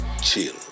chill